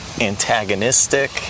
antagonistic